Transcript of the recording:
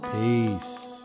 Peace